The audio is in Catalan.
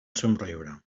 somriure